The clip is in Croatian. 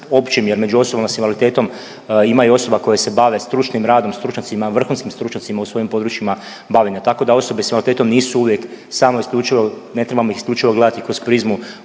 jer među osobama s invaliditetom ima i osoba koje se bave stručnim radom, stručnjacima, vrhunskim stručnjacima u svojim područjima bavljenja, tako da osobe s invaliditetom nisu uvijek samo i isključivo, ne trebamo ih isključivo gledati kroz prizmu